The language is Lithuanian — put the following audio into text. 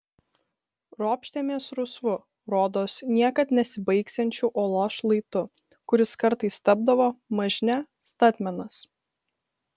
ropštėmės rusvu rodos niekad nesibaigsiančiu uolos šlaitu kuris kartais tapdavo mažne statmenas